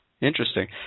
Interesting